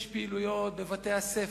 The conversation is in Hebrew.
יש פעילויות בבתי-הספר,